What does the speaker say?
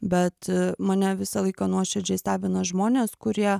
bet mane visą laiką nuoširdžiai stebina žmonės kurie